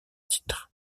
titre